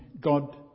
God